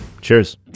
Cheers